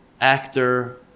actor